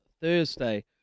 Thursday